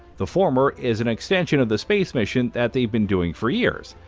the former is an extension of the space mission that they've been doing for years.